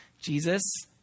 Jesus